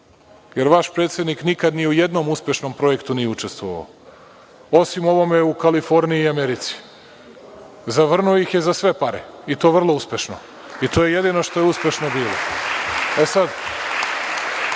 jer vaš predsednik nikada ni u jednom uspešnom projektu nije učestvovao, osim u ovome u Kaliforniji i Americi. Zavrnuo ih je za sve pare i to vrlo uspešno, i to je jedino što je uspešno bilo. E sad